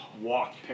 walk